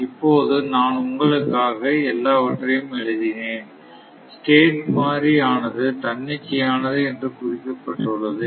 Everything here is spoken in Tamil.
இப்போது நான் உங்களுக்காக எல்லாவற்றையும் எழுதினேன் ஸ்டேட் மாறி ஆனது தன்னிச்சையானது என்று குறிக்கப்பட்டுள்ளது